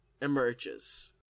emerges